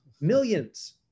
Millions